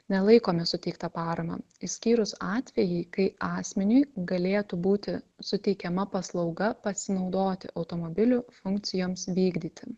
nelaikomi suteikta parama išskyrus atvejai kai asmeniui galėtų būti suteikiama paslauga pasinaudoti automobiliu funkcijoms vykdyti